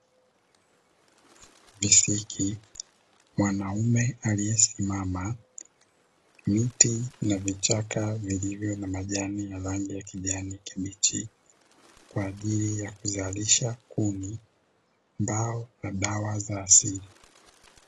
Visiki, mwanaume aliyesimama; miti na vichaka vilivyo na majani ya rangi ya kijani kibichi kwa ajili ya kuzalisha kuni, mbao na dawa za asili.